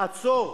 עצור.